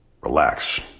relax